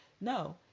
no